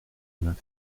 neuf